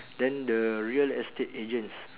then the real estate agents